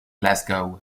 glasgow